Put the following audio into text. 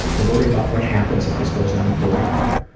i worry about what happens if this goes on forever,